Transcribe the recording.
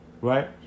right